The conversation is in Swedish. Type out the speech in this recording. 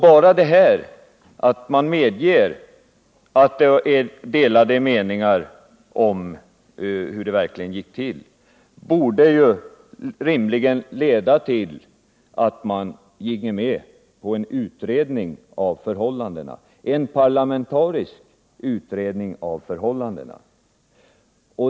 Bara detta att man medger att det råder delade meningar om hur det verkligen gick till borde rimligen leda till att man ginge med på en utredning av förhållandena — en parlamentarisk utredning.